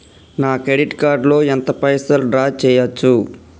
నా credit card లో ఎంత పైసల్ డ్రా చేయచ్చు?